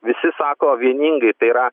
visi sako vieningai tai yra